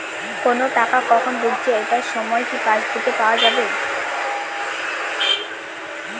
কোনো টাকা কখন ঢুকেছে এটার সময় কি পাসবুকে পাওয়া যাবে?